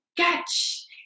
catch